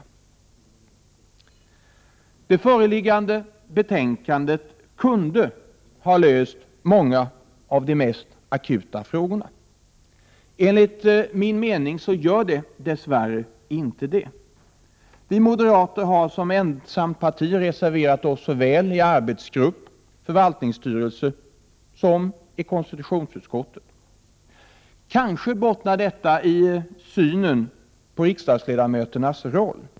Ett genomförande av förslagen i det föreliggande betänkandet kunde ha löst många av de mest akuta problemen. Enligt min mening blir det nu tyvärr inte så. Vi moderater har som ensamt parti reserverat oss såväl i arbetsgruppen och i förvaltningsstyrelsen som i konstitutionsutskottet. Kanske bottnar ställningstagandena i synen på riksdagsledamöternas roll.